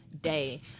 day